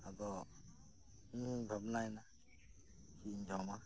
ᱟᱫᱚ ᱤᱧᱤᱧ ᱵᱷᱟᱵᱽᱱᱟᱭ ᱱᱟ ᱪᱮᱜ ᱤᱧ ᱡᱚᱢᱟ